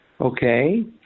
okay